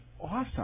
awesome